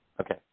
Okay